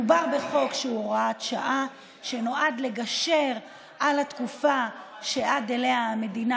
מדובר בחוק שהוא הוראת שעה שנועד לגשר על התקופה שעד אליה המדינה